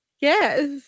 Yes